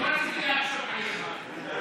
לא רציתי להקשות עליך.